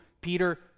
Peter